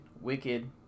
Wicked